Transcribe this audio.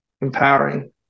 empowering